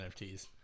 NFTs